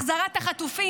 החזרת החטופים,